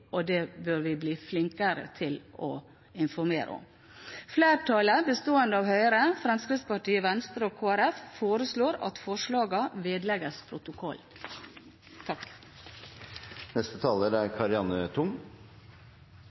og det bør vi bli flinkere til å informere om. Flertallet, bestående av Høyre, Fremskrittspartiet, Venstre og Kristelig Folkeparti, foreslår at forslagene vedlegges